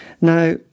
Now